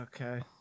Okay